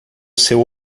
seu